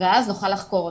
ואז נוכל לחקור'.